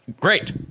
great